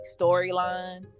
storyline